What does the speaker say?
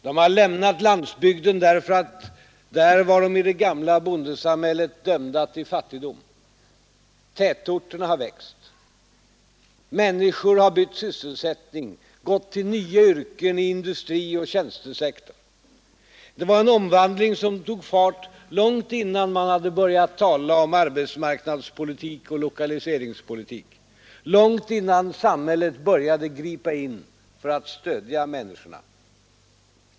De har lämnat landsbygden därför att där var de i det gamla bondesamhället dömda till fattigdom. Tätorterna har växt. Människor har bytt sysselsättning, gått till nya yrken i industri och tjänstesektor. Det var en omvandling som tog fart långt innan man hade börjat tala om arbetsmarknadspolitik och lokaliseringspolitik, långt innan samhället började gripa in för att stödja människorna.